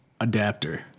adapter